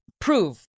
prove